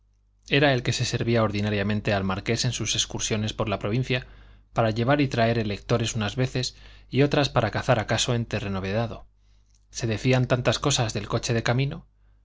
era el que servía ordinariamente al marqués en sus excursiones por la provincia para llevar y traer electores unas veces y otras para cazar acaso en terreno vedado se decían tantas cosas del coche de camino